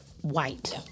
white